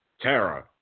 Tara